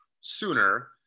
sooner